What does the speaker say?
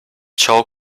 ciò